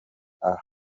aha